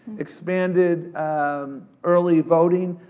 expanded um early voting,